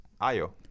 Ayo